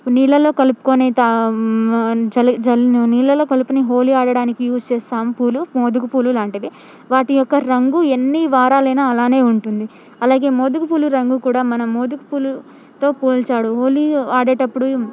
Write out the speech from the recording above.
నీళ్లలో కలుపుకొనే తా జ నీళ్లలో కలుపుని హోలీ ఆడడానికి యూస్ చేసాం పూలు మోదుగుపూలు లాంటివి వాటి యొక్క రంగు ఎన్ని వారాలు అయిన అలానే ఉంటుంది అలాగే మోదుగుపూలు రంగు కూడా మనం మోదుగుపూలుతో పోల్చాడు హోలీ ఆడేటప్పుడు